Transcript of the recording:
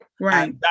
right